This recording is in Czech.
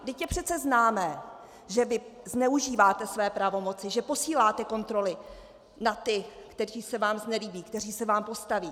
Vždyť je přece známé, že vy zneužíváte své pravomoci, že posíláte kontroly na ty, kteří se vám znelíbí, kteří se vám postaví.